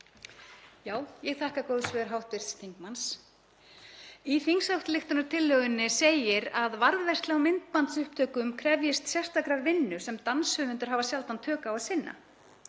Ég þakka góð svör hv. þingmanns. Í þingsályktunartillögunni segir að varðveisla á myndbandsupptökum krefjist sérstakrar vinnu sem danshöfundar hafi sjaldnast tök á að sinna.